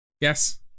Yes